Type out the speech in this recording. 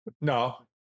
No